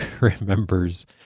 remembers